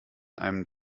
einem